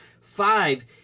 five